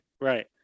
right